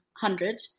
hundred